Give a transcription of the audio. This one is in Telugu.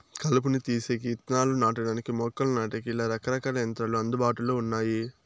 కలుపును తీసేకి, ఇత్తనాలు నాటడానికి, మొక్కలు నాటేకి, ఇలా రకరకాల యంత్రాలు అందుబాటులో ఉన్నాయి